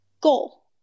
goal